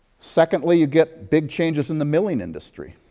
secondly, you get big changes in the milling industry.